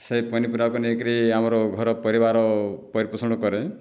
ସେ ପନିପରିବାକୁ ନେଇକିରି ଆମର ଘର ପରିବାର ପରିପୋଷଣ କରେ